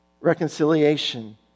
reconciliation